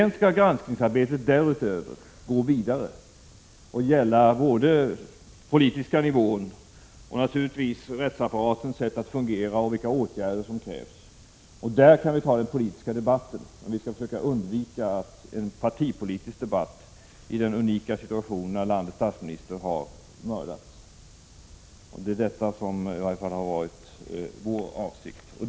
Nu skall granskningsarbetet naturligtvis gå vidare och gälla både den politiska nivån och naturligtvis rättsapparatens sätt att fungera samt åtgärder i övrigt som krävs. Om detta kan vi ha en politisk debatt, men vi skall försöka undvika en partipolitisk debatt i den unika situation när landets statsminister har mördats. Detta har i varje fall varit vår avsikt.